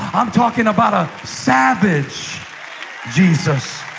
i'm talking about a savage jesus